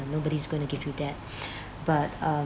and nobody is going to give you that but uh